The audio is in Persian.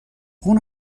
اون